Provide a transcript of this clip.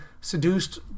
seduced